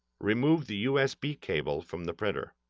remove the usb cable from the printer.